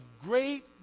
great